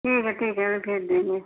ठीक है ठीक है हम भेज देंगे